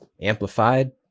amplified